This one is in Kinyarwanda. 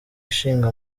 ishinga